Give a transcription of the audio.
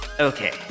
Okay